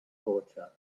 torture